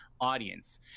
audience